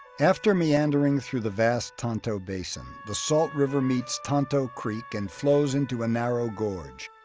after meandering through the vast tonto basin, the salt river meets tonto creek and flows into a narrow gorge.